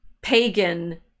pagan